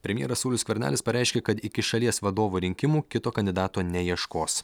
premjeras saulius skvernelis pareiškė kad iki šalies vadovo rinkimų kito kandidato neieškos